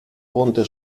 ponte